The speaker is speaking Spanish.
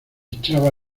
echaba